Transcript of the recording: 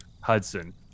Hudson